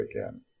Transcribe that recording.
again